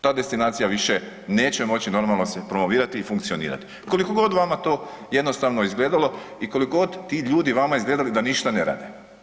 Ta destinacija više neće moći normalno se promovirati i funkcionirati, koliko god vama to jednostavno izgledalo i koliko god ti ljudi vama izgledali da ništa ne rade.